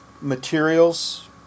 materials